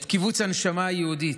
את כיווץ הנשמה היהודית,